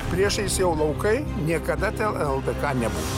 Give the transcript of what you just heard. priešais jau laukai niekada ten ldk nebuv